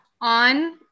on